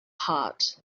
heart